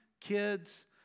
kids